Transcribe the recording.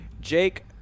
Jake